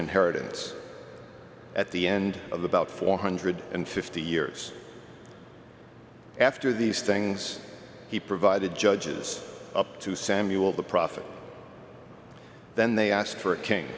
inheritance at the end of the about four hundred and fifty years after these things he provided judges up to samuel the prophet then they asked for a king